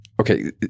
Okay